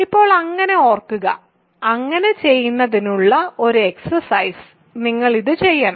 ഇപ്പോൾ അങ്ങനെ ഓർക്കുക അങ്ങനെ ചെയ്യുന്നതിനുള്ള ഈ എക്സ്സർസൈസ് നിങ്ങൾ ഇത് ചെയ്യണം